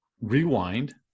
rewind